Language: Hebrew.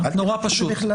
נורא פשוט,